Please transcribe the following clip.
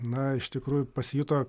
na iš tikrųjų pasijuto